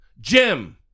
Jim